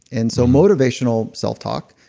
and so motivational self talk,